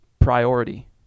priority